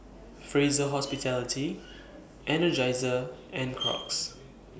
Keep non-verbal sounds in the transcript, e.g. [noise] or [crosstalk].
Fraser Hospitality [noise] Energizer and Crocs